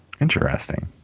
Interesting